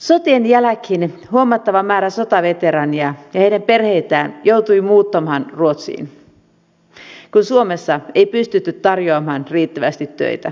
sotien jälkeen huomattava määrä sotaveteraaneja ja heidän perheitään joutui muuttamaan ruotsiin kun suomessa ei pystytty tarjoamaan riittävästi töitä